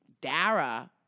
Dara